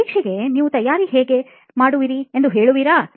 ಪರೀಕ್ಷೆಗೆ ನಿಮ್ಮ ತಯಾರಿ ಹೇಗೆ ಎಂದು ನೀವು ಹೇಳುವಿರಾ